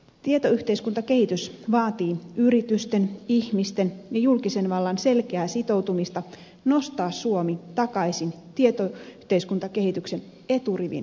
tietoyhteiskuntakehitys vaatii yritysten ihmisten ja julkisen vallan selkeää sitoutumista nostaa suomi takaisin tietoyhteiskuntakehityksen eturivin maaksi